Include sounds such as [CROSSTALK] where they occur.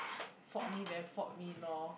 [BREATH] fault me then fault me lor